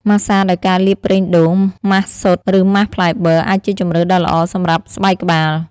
ម៉ាស្សាដោយការលាបប្រេងដូង ម៉ាសស៊ុត ឬម៉ាសផ្លែបឺរ អាចជាជម្រើសដ៏ល្អសម្រប់ស្បែកក្បាល ។